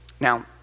Now